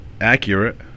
accurate